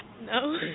No